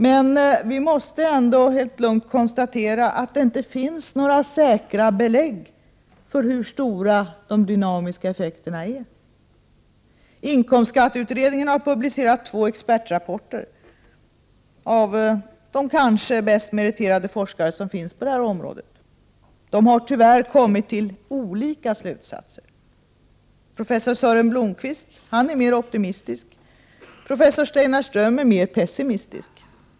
Men vi måste ändå helt lugnt konstatera, att det inte finns några säkra belägg för hur stora de dynamiska effekterna är. Inkomstskatteutredningen har publicerat två expertrapporter, av de kanske bäst meriterade forskare som finns på det här området. De har — tyvärr — kommit till olika slutsatser. Professor Sören Blomqvist är mer optimistisk, professor Steinar Ström är mer pessimistisk.